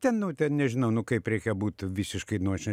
ten nu ten nežinau nu kaip reikia būt visiškai nu aš nežinau